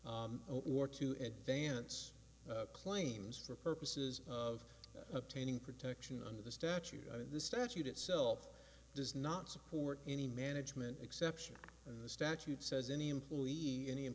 or to advance claims for purposes of obtaining protection under the statute the statute itself does not support any management exception and the statute says any employee any